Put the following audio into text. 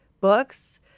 books